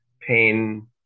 pain